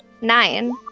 Nine